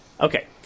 Okay